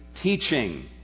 teaching